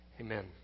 Amen